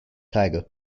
tiger